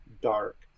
dark